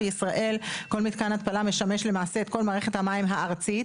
בישראל כל מתקן התפלה משמש למעשה את כל מערכת המים הארצית.